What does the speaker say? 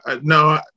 no